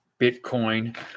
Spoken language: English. Bitcoin